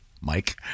Mike